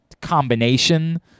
combination